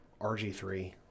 RG3